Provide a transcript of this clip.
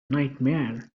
nightmare